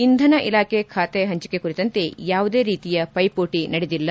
ಇಂಧನ ಇಲಾಖೆ ಖಾತೆ ಹಂಚಿಕೆ ಕುರಿತಂತೆ ಯಾವುದೇ ರೀತಿಯ ಪ್ಲೆಪೋಟಿ ನಡೆದಿಲ್ಲ